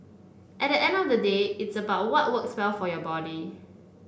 at the end of the day it's about what works well for your body